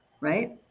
right